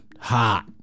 hot